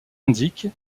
indique